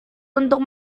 untuk